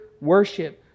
worship